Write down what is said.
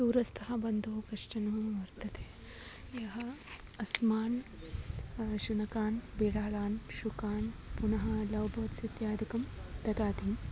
दूरस्तः बन्धो कश्चनः वर्तते यः अस्मान् शुनकान् बिडालान् शुकान् पुनः लव्बर्ड्स् इत्यादिकं ददाति